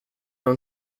own